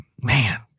man